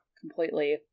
completely